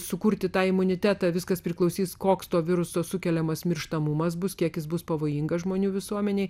sukurti tą imunitetą viskas priklausys koks to viruso sukeliamas mirštamumas bus kiekis bus pavojingas žmonių visuomenei